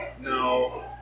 No